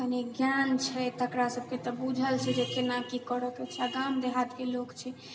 कनि ज्ञान छै तकरा सबके तऽ बुझल छै जे केना की करैके छै आओर गाम देहातके लोक छै